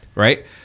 right